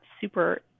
super